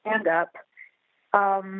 stand-up